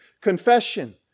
Confession